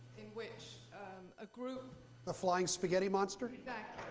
in which a group the flying spaghetti monster? exactly.